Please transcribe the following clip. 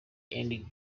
end